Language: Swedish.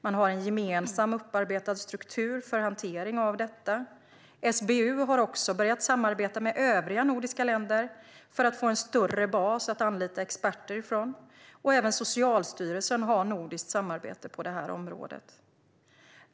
De har en gemensam upparbetad struktur för hantering av detta. SBU har också börjat samarbeta med övriga nordiska länder för att få en större bas att anlita experter från. Även Socialstyrelsen har ett nordiskt samarbete på detta område.